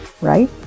right